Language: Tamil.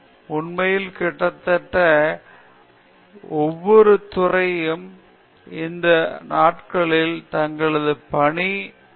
உண்மையில் கிட்டத்தட்ட ஒவ்வொரு துறையும் இந்த நாட்களில் தங்களது பணி இடைக்கணிப்பு என்று கூறுகிறது